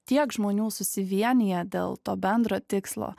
tiek žmonių susivienija dėl to bendro tikslo